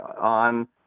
on